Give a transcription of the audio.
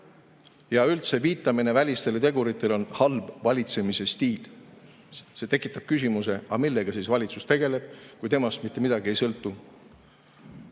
Ja üldse, viitamine välistele teguritele on halb valitsemise stiil. See tekitab küsimuse, et millega valitsus siis tegeleb, kui temast mitte midagi ei sõltu.